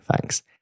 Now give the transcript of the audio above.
thanks